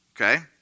Okay